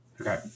Okay